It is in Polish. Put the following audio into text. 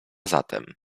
zatem